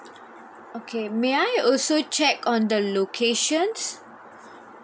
okay may I also check on the locations